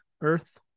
Earth